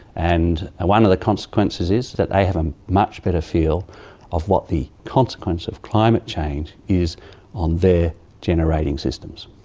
and one of the consequences is that they have a much better feel of what the consequence of climate change is on their generating systems.